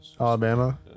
Alabama